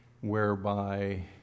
whereby